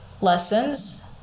lessons